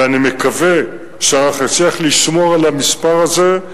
ואני מקווה שאנחנו נצליח לשמור על המספר הזה.